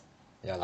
ya lah